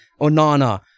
Onana